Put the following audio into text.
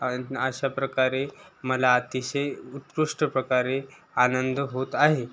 आणि अशा प्रकारे मला अतिशय उत्कृष्ट प्रकारे आनंद होत आहे